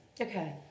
Okay